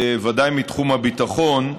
ודאי מתחום הביטחון,